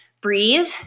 breathe